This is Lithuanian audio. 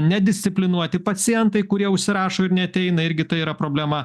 nedisciplinuoti pacientai kurie užsirašo ir neateina irgi tai yra problema